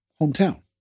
hometown